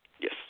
Yes